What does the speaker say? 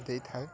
ଦେଇଥାଏ